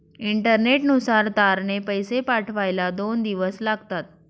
इंटरनेटनुसार तारने पैसे पाठवायला दोन दिवस लागतात